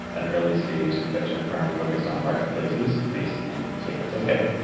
an early-stage venture firm focused on marketplaces based in san francisco.